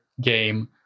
game